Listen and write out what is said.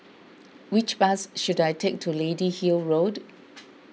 which bus should I take to Lady Hill Road